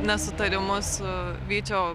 nesutarimus su vyčio